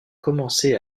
commencé